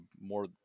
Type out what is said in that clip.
more